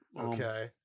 Okay